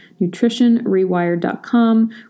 nutritionrewired.com